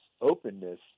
openness